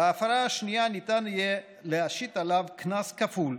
בהפרה השנייה ניתן יהיה להשית עליו קנס כפול,